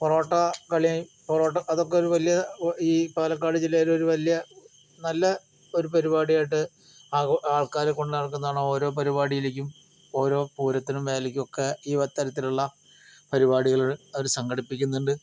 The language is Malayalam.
പൊറോട്ട കളി പൊറോട് അതൊക്കെ വലിയ ഈ പാലക്കാട് ജില്ലയിൽ ഒരു വലിയ നല്ല ഒരു പരിപാടിയായിട്ടാണ് ആഘോ ആൾക്കാര് കൊണ്ടുനടക്കുന്നതാണ് ഓരോ പരിപാടിയിലേക്കും ഓരോ പൂരത്തിനും വേലക്കും ഒക്കെ ഈ ഇത്തരത്തിലുള്ള പരിപാടികള് അവര് സംഘടിപ്പിക്കുന്നുണ്ട്